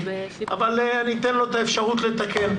אבל אני אתן לו את האפשרות לתקן,